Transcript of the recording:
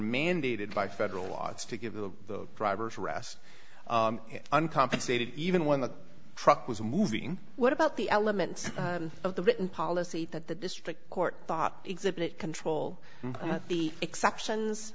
mandated by federal laws to give the driver's arrest uncompensated even when the truck was moving what about the elements of the written policy that the district court thought exhibit control the exceptions